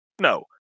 No